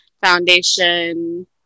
Foundation